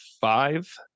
five